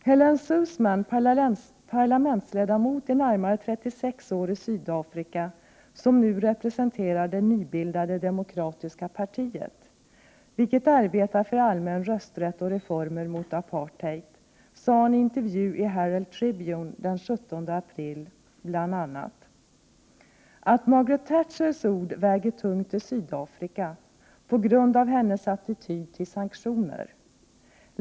Helen Suzman, parlamentsledamot i närmare 36 år i Sydafrika, som nu representerar det nybildade Demokratiska partiet, vilket arbetar för allmän rösträtt och reformer mot apartheid, sade i en intervju i Herald Tribune den 17 april bl.a. följande: ”Margaret Thatchers ord väger tungt i Sydafrika på grund av hennes attityd till sanktioner.